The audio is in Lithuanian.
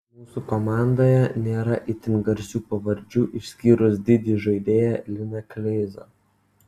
mūsų komandoje nėra itin garsių pavardžių išskyrus didį žaidėją liną kleizą